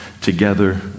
together